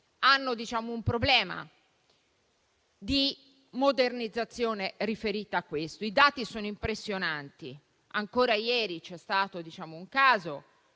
hanno un problema di modernizzazione riferito a questo e i dati sono impressionanti. Ancora ieri c'è stato un caso